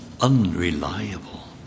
unreliable